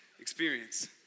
experience